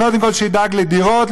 קודם כול שידאג לדירות,